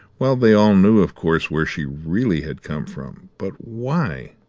well, they all knew, of course, where she really had come from but why?